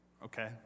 Okay